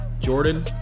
Jordan